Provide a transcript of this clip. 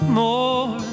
more